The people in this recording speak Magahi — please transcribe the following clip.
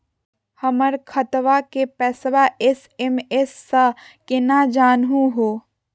हमर खतवा के पैसवा एस.एम.एस स केना जानहु हो?